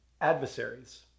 adversaries